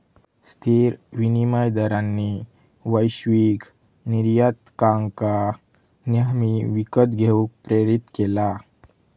स्थिर विनिमय दरांनी वैश्विक निर्यातकांका नेहमी विकत घेऊक प्रेरीत केला